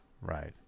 right